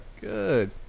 Good